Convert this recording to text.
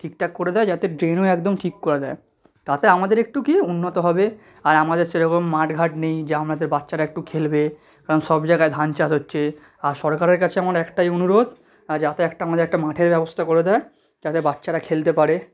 ঠিকঠাক করে দেয় যাতে ড্রেনও একদম ঠিক করে দেয় তাতে আমাদের একটু কী উন্নত হবে আর আমাদের সেরকম মাঠঘাট নেই যে আমাদের বাচ্চারা একটু খেলবে কারণ সব জায়গায় ধান চাষ হচ্ছে আর সরকারের কাছে আমার একটাই অনুরোধ যাতে একটা আমাদের একটা মাঠের ব্যবস্থা করে দেয় যাতে বাচ্চারা খেলতে পারে